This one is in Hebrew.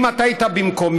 אם אתה היית במקומי,